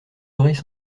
oreilles